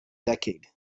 decade